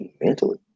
mentally